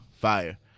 fire